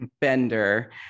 Bender